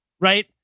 Right